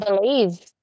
believe